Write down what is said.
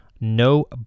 no